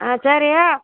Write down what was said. ஆ சரி